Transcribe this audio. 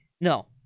No